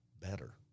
better